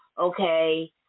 okay